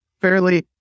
fairly